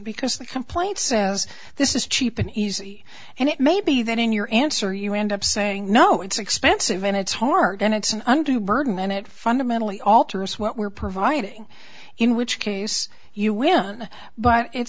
because the complaint says this is cheap and easy and it may be that in your answer you end up saying no it's expensive and it's hard and it's an undue burden and it fundamentally alters what we're providing in which case you win but it